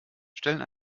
stellen